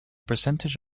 percentage